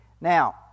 Now